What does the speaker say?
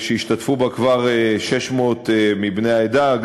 שהשתתפו בה כבר 600 מבני העדה.